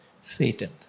Satan